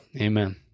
amen